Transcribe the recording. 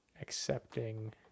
accepting